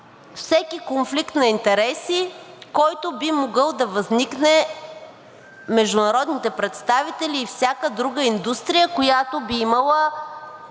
всеки конфликт на интереси, който би могъл да възникне между народните представители и всяка друга индустрия, която би имала